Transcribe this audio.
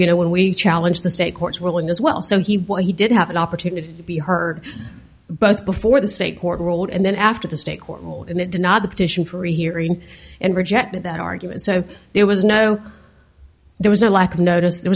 you know when we challenge the state courts will and as well so he what he did have an opportunity to be heard both before the state court ruled and then after the state court and it did not the petition for rehearing and rejected that argument so there was no there was a lack of notice there